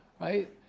right